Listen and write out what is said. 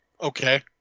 Okay